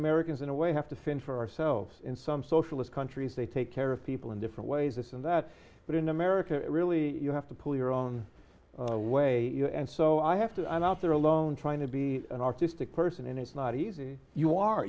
americans in a way have to fend for ourselves in some socialist countries they take care of people in different ways this and that but in america really you have to pull your own way you know and so i have to i'm out there alone trying to be an artistic person and it's not easy you are